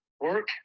work